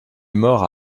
mort